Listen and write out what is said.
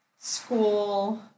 School